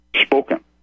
spoken